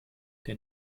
der